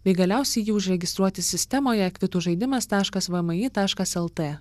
bei galiausiai jį užregistruoti sistemoje kvitų žaidimas taškas vmi taškas lt